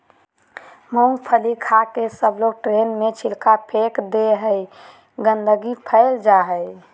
मूँगफली खाके सबलोग ट्रेन में छिलका फेक दे हई, गंदगी फैल जा हई